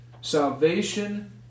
Salvation